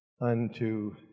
unto